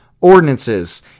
ordinances